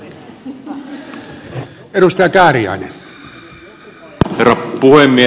herra puhemies